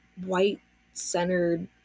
white-centered